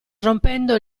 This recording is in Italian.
rompendo